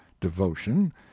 devotion